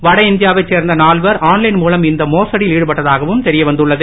வடஇந்தியாவைச் சேர்ந்த நால்வர் ஆன்லைன் மூலம் இந்த மோடியில் ஈடுபட்டதாகவும் தெரியவந்துள்ளது